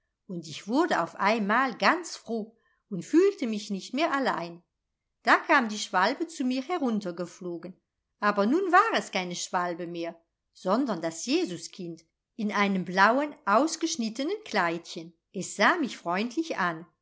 und ich wurde auf einmal ganz froh und fühlte mich nicht mehr allein da kam die schwalbe zu mir heruntergeflogen aber nun war es keine schwalbe mehr sondern das jesuskind in einem blauen ausgeschnittenen kleidchen es sah mich freundlich an